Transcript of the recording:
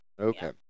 okay